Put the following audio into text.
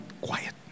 quiet